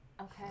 Okay